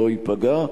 לא ייפגע.